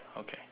okay